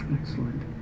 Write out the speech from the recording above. Excellent